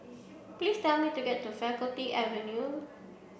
please tell me to get to Faculty Avenue